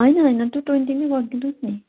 होइन होइन two twenty नै गरिदिनुहोस् नि